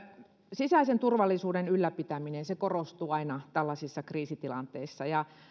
sisäisen turvallisuuden ylläpitäminen korostuu aina tällaisissa kriisitilanteissa